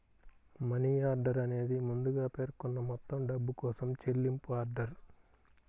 money order అనేది ముందుగా పేర్కొన్న మొత్తం డబ్బు కోసం చెల్లింపు ఆర్డర్